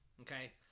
Okay